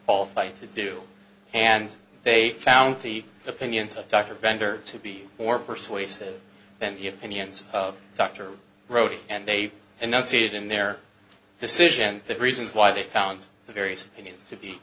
qualified to do and they found the opinions of dr venter to be more persuasive than the opinions of dr wrote and they did not see it in their decision the reasons why they found the various opinions to be